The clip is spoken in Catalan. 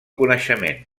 coneixement